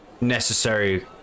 necessary